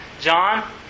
John